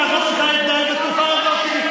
ככה את רוצה להתנהל בתקופה הזאת?